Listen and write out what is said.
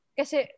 kasi